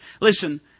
Listen